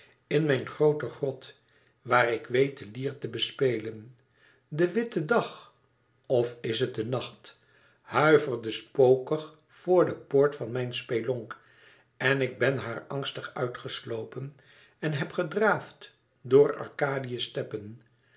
in mijn groote grot waar ik weet de lier te bespelen de witte dag of is het de nacht huiverde spokig voor de poort van mijn spelonk en ik ben haar angstig uit geslopen en heb gedraafd door arkadië's steppen